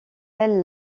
elle